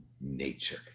nature